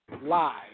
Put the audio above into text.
live